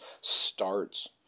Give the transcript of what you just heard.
starts